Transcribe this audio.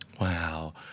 Wow